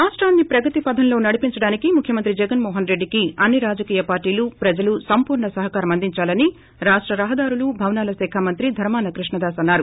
రాష్షాన్ని ప్రగతి పధంలో నడిపించడానికి ముఖ్యమంత్రి జగన్ మోహన్ రెడ్లికి అన్ని రాజకీయ పార్లీలు ప్రజలు సంపూర్ణ సహకారం అందించాలని రాష్ట రహదారులు భవనాల శాఖ మంత్రి ధర్మాన కృష్ణదాస్ అన్నారు